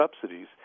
subsidies